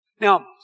Now